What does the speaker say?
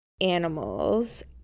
animals